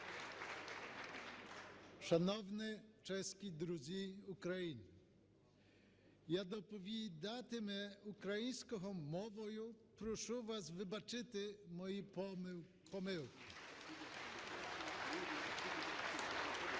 Шановні чеські друзі України! Я доповідатиму українською мовою, прошу вас вибачити мої помилки. (Оплески)